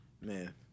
man